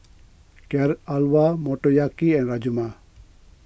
Carrot Halwa Motoyaki and Rajma